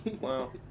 Wow